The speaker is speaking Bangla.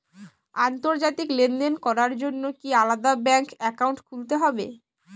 আন্তর্জাতিক লেনদেন করার জন্য কি আলাদা ব্যাংক অ্যাকাউন্ট খুলতে হবে?